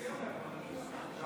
נגד מאיר כהן, אינו נוכח